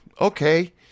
okay